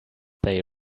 they